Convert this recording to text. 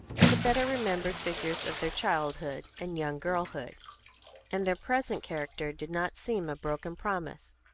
in the better-remembered figures of their childhood and young girlhood and their present character did not seem a broken promise.